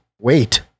wait